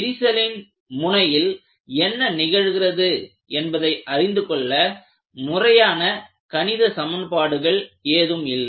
விரிசலின் முனையில் என்ன நிகழ்கிறது என்பதை அறிந்துகொள்ள முறையான கணித சமன்பாடுகள் ஏதுமில்லை